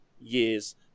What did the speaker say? years